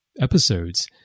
episodes